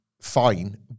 fine